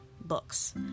books